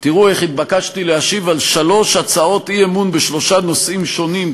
תראו איך התבקשתי להשיב על שלוש הצעות אי-אמון בשלושה נושאים שונים,